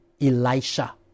Elisha